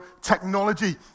technology